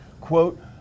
Quote